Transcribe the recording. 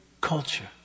culture